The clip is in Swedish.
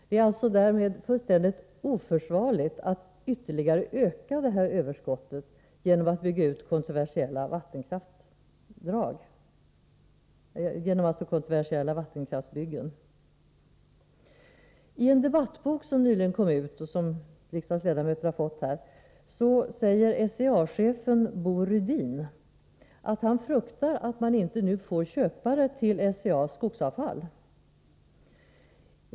Det är alltså fullständigt oförsvarligt att ytterligare öka det överskottet genom kontroversiella vattenkraftsbyggen. I en debattbok som nyligen kom ut och som riksdagens ledamöter har fått säger SCA-chefen Bo Rydin att han fruktar att man nu inte får köpare till SCA:s skogsavfall.